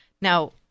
Now